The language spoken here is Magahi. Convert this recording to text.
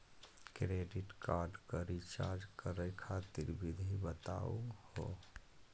क्रेडिट कार्ड क रिचार्ज करै खातिर विधि बताहु हो?